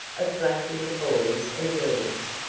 of black little boys and girls.